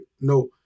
No